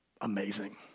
amazing